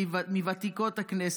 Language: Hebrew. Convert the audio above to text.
היא מוותיקות הכנסת.